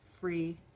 free